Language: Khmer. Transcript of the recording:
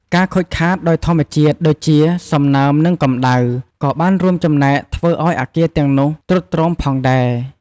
ការខូចខាតដោយធម្មជាតិដូចជា សំណើម និងកម្ដៅ ក៏បានរួមចំណែកធ្វើឱ្យអគារទាំងនោះទ្រុឌទ្រោមផងដែរ។